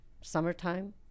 summertime